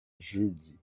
jeudi